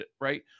right